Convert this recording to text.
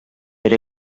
per